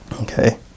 Okay